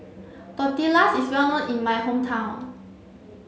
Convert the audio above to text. Tortillas is well known in my hometown